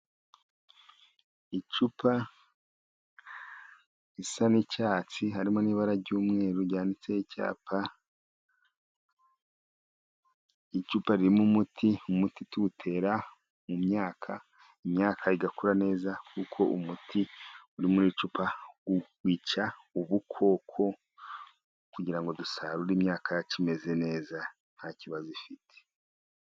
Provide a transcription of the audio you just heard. Icupa risa n'icyatsi harimo n'ibara ry'umweru ryanditse icyapa. Icupa ririmo umuti, umuti tuwutera mu myaka, imyaka igakura neza kuko umuti uri muri iri cupa wica ubukoko, kugira ngo dusarure imyaka yacu imeze neza nta kibazo ifite.